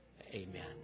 Amen